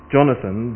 Jonathan